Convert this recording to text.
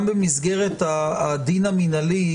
גם במסגרת הדין המינהלי,